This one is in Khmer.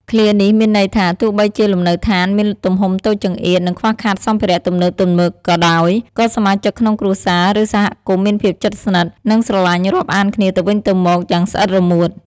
ឃ្លានេះមានន័យថា ទោះបីជាលំនៅឋានមានទំហំតូចចង្អៀត និងខ្វះខាតសម្ភារៈទំនើបៗក៏ដោយ ក៏សមាជិកក្នុងគ្រួសារ ឬសហគមន៍មានភាពជិតស្និទ្ធ និងស្រឡាញ់រាប់អានគ្នាទៅវិញទៅមកយ៉ាងស្អិតរមួត។